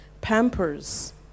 pampers